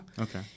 Okay